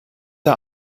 der